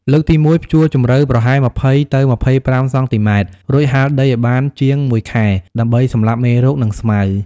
លើកទី១ ភ្ជួរជំរៅប្រហែល ២០ ទៅ ២៥ សង់ទីម៉ែត្រ រួចហាលដីឲ្យបានជាង ១ ខែ ដើម្បីសម្លាប់មេរោគ និងស្មៅ។